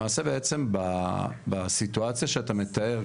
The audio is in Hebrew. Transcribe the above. למעשה בעצם בסיטואציה שאתה מתאר,